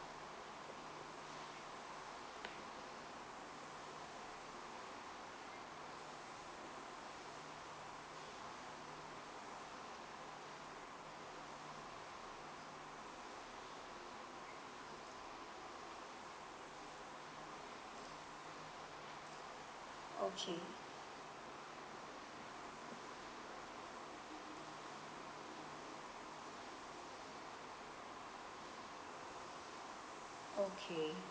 okay okay